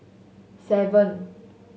seven